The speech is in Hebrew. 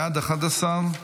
בעד, 11,